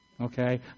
Okay